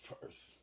first